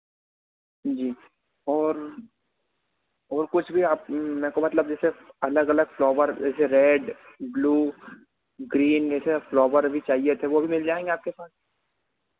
जी और और कुछ भी आप मेरे को मतलब जैसे अलग अलग फ्लोवर जैसे रेड ब्लू ग्रीन ऐसे फ्लोवर भी चाहिये थे वो भी मिल जायेंगे आपके पास